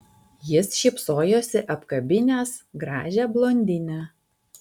jis šypsojosi apkabinęs gražią blondinę